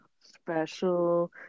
special